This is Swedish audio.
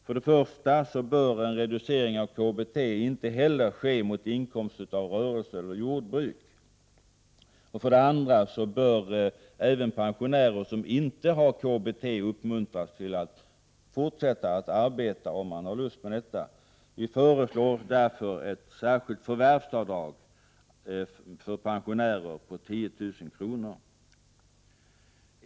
För det första bör en reducering av KBT inte heller ske i förhållande till inkomst av rörelse eller jordbruk. För det andra bör även pensionärer som inte har KBT uppmuntras till att fortsätta att arbeta, om de nu har lust att göra det. Vi föreslår därför ett särskilt förvärvsavdrag för pensionärer på 10 000 kr.